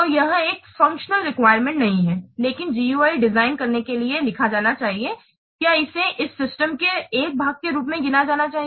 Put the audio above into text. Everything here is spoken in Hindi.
तो यह एक फंक्शनल रेक्विरेमेंट नहीं है लेकिन यह GUI डिजाइन करने क लिए लिखा जाना चाहिए क्या इसे इस सिस्टम के एक भाग के रूप में गिना जाना चाहिए